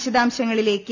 വിശദാംശങ്ങളിലേയ്ക്ക്